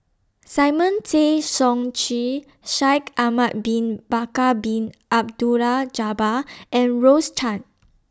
Simon Tay Seong Chee Shaikh Ahmad Bin Bakar Bin Abdullah Jabbar and Rose Chan